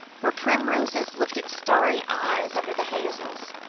where primroses lifted starry eyes under the hazels,